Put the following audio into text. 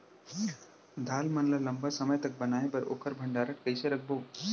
दाल मन ल लम्बा समय तक बनाये बर ओखर भण्डारण कइसे रखबो?